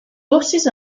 buses